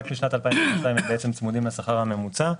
רק משנת 2022 הם בעצם צמודים לשכר הממוצע.